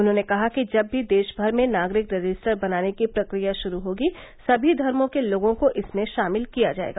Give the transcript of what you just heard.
उन्होंने कहा कि जब भी देश भर में नागरिक रजिस्टर बनाने की प्रक्रिया शुरू होगी सभी धर्मो के लोगों को इसमें शामिल किया जाएगा